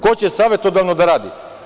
Ko će savetodavno da radi?